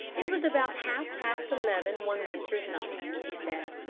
it was about half-past eleven one winter's night, he said,